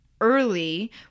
Early